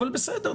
אבל בסדר,